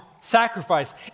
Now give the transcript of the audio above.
sacrifice